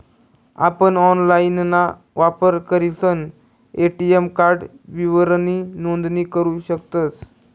आपण ऑनलाइनना वापर करीसन ए.टी.एम कार्ड विवरणनी नोंदणी करू शकतस